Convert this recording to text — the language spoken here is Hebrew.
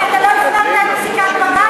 ואתה לא הפנמת את פסיקת בג"ץ,